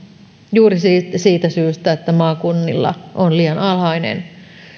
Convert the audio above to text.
juuri siitä siitä syystä että maakunnilla on liian alhainen